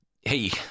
Hey